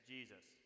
Jesus